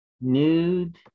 nude